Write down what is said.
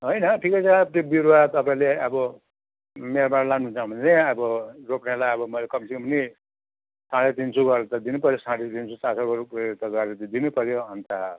होइन ठिकै छ त्यो बिरुवा तपाईँले अब मेरोबाट लानुहुन्छ भने अब बोक्नेलाई अब मैले कम से कम पनि साढे तिन सौ गरेर त दिनुपर्यो साढे तिन सौ चार सौ गरेर त दिनुपर्यो अन्त